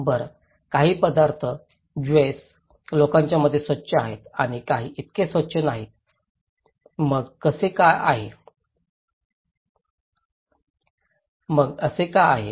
बरं काही पदार्थ जेव्हस लोकांच्या मते स्वच्छ आहेत आणि काही इतके स्वच्छ नाहीत मग असे का आहे